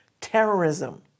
terrorism